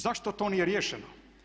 Zašto to nije riješeno?